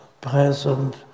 present